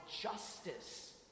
justice